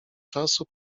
czasu